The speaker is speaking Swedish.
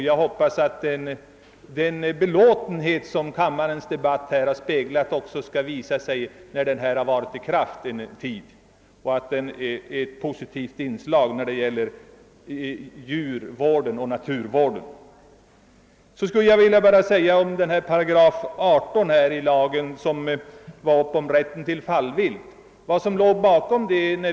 Jag hoppas att den belåtenhet som kammarens debatt har speglat skall bestå även när lagen har varit i kraft en tid och att den blir ett positivt inslag i viltoch naturvården. Vidare vill jag säga några ord beträffande 18 8 om rätt till fallvilt.